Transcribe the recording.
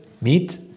meet